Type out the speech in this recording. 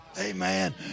Amen